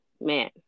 man